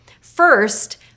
First